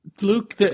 Luke